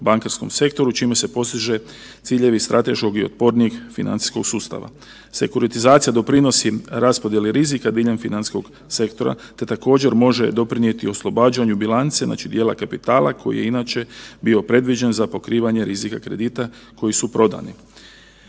bankarskom sektoru čime se postiže ciljevi strateškog i otpornijeg financijskog sustava. Sekuritizacija doprinosi raspodjeli rizika diljem financijskog sektora te također može doprinijeti oslobađanju bilance dijela kapitala koji je inače bio predviđen za pokrivanje rizika kredita koji su prodani.